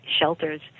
shelters